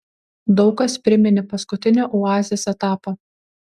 daug kas priminė paskutinį oazės etapą